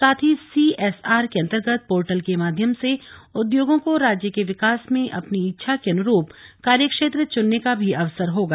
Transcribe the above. साथ ही सीएसआर के अंतर्गत पोर्टल के माध्यम से उद्योगों को राज्य के विकास में अपनी इच्छा के अनुरूप कार्यक्षेत्र चुनने का भी अवसर होगा